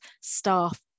staff